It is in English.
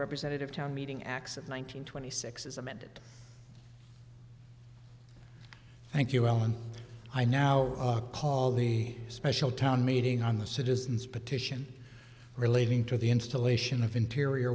representative town meeting acts of one nine hundred twenty six is amended thank you alan i now call the special town meeting on the citizens petition relating to the installation of interior